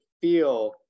feel